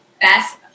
best